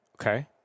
Okay